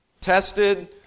Tested